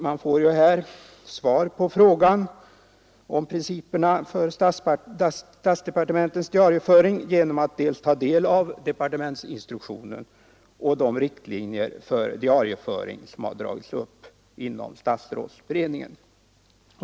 Man får ju svar på frågan om principerna för statsdepartementens diarieföring genom att ta del av departementsinstruktionen och de riktlinjer för diarieföringen som har 103 dragits upp inom statsrådsberedningen.